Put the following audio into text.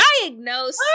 Diagnose